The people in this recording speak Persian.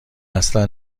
اصلا